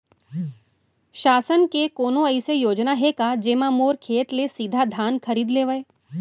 शासन के कोनो अइसे योजना हे का, जेमा मोर खेत ले सीधा धान खरीद लेवय?